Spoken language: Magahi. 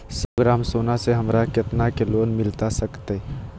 सौ ग्राम सोना से हमरा कितना के लोन मिलता सकतैय?